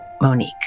Monique